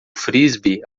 frisbee